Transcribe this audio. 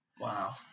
Wow